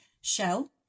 Shell